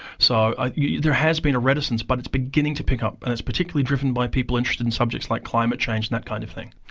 so there has been a reticence, but it's beginning to pick up and it's particularly driven by people interested in subjects like climate change and that kind of thing.